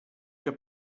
que